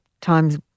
times